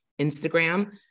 Instagram